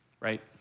right